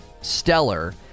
stellar